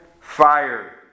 fire